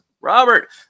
robert